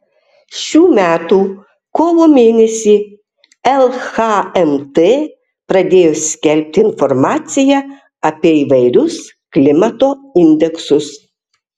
šių metų kovo mėnesį lhmt pradėjo skelbti informaciją apie įvairius klimato indeksus